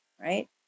right